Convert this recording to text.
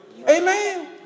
Amen